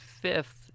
fifth